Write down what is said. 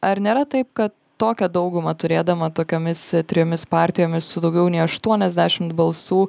ar nėra taip kad tokią daugumą turėdama tokiomis trimis partijomis su daugiau nei aštuoniasdešimt balsų